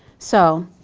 so,